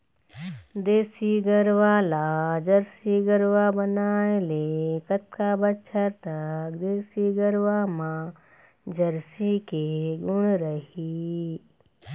देसी गरवा ला जरसी गरवा बनाए ले कतका बछर तक देसी गरवा मा जरसी के गुण रही?